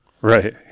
Right